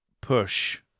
push